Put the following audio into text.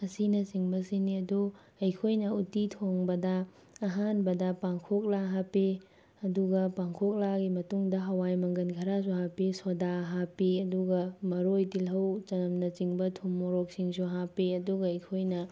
ꯑꯁꯤꯅꯆꯤꯡꯕꯁꯤꯅꯤ ꯑꯗꯨ ꯑꯩꯈꯣꯏꯅ ꯎꯇꯤ ꯊꯣꯡꯕꯗ ꯑꯍꯥꯟꯕꯗ ꯄꯥꯡꯈꯣꯛꯂꯥ ꯍꯥꯞꯄꯤ ꯑꯗꯨꯒ ꯄꯥꯡꯈꯣꯛꯂꯥꯒꯤ ꯃꯇꯨꯡꯗ ꯍꯋꯥꯏ ꯃꯪꯒꯜ ꯈꯔꯁꯨ ꯍꯥꯞꯄꯤ ꯁꯣꯗꯥ ꯍꯥꯞꯄꯤ ꯑꯗꯨꯒ ꯃꯔꯣꯏ ꯇꯤꯜꯍꯧ ꯆꯅꯝꯅꯆꯤꯡꯕ ꯊꯨꯝ ꯃꯣꯔꯣꯛꯁꯤꯡꯁꯨ ꯍꯥꯞꯄꯤ ꯑꯗꯨꯒ ꯑꯩꯈꯣꯏꯅ